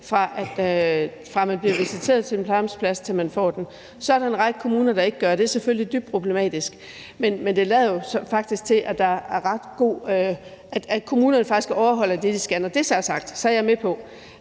fra man bliver visiteret til en plejehjemsplads, til man får den. Så er der en række kommuner, der ikke gør det, og det er selvfølgelig dybt problematisk. Men det lader til, at kommunerne faktisk overholder det, de skal. Når det så er sagt, er jeg med på,